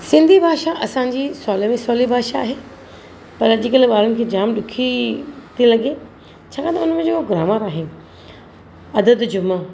सिंधी भाषा असांजी सवले में सवली भाषा आहे पर अॼु कल्ह माण्हू खे जामु ॾुखी थी लॻे छाकाणि त हुनजो ग्रामर आहे अददु जुम्मो